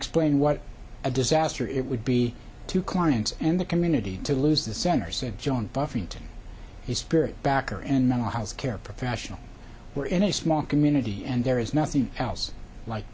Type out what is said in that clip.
explain what a disaster it would be to clients and the community to lose the center said joan buffington the spirit backer and mental health care professionals who are in a small community and there is nothing else like